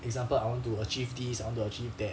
example I want to achieve this I want to achieve that